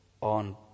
on